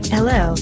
Hello